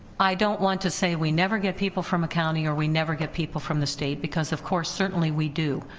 i don't want to say we never get people from a county or we never get people from the state because of course certainly we do,